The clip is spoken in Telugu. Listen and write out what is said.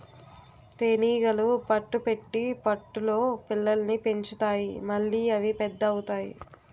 తేనీగలు పట్టు పెట్టి పట్టులో పిల్లల్ని పెంచుతాయి మళ్లీ అవి పెద్ద అవుతాయి